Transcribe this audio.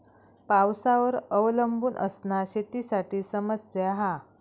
पावसावर अवलंबून असना शेतीसाठी समस्या हा